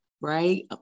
right